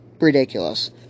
ridiculous